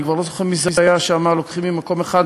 אני כבר לא זוכר מי זה היה שאמר: לוקחים ממקום אחד,